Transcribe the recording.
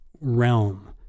realm